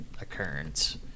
occurrence